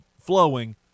flowing